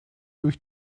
durch